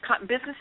business